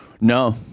No